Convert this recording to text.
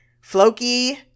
Floki